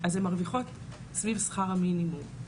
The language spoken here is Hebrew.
אז הן מרוויחות סביב שכר המינימום.